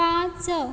पांच